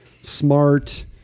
smart